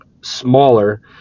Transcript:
smaller